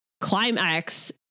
climax